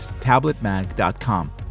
tabletmag.com